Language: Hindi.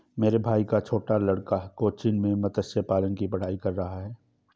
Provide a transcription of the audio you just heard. मेरे भाई का छोटा लड़का कोच्चि में मत्स्य पालन की पढ़ाई कर रहा है